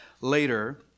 later